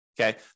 Okay